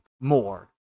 more